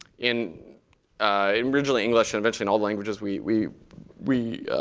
in in originally english and but in all the languages we we